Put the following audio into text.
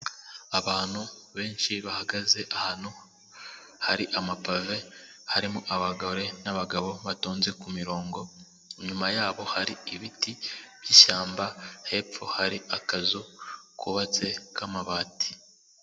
Abantu benshi bahagaze ahantu hari amapave, harimo abagore n'abagabo batonze kumirongo, inyuma yabo hari ibiti by'ishyamba, hepfo hari akazu kubatse k'amabati.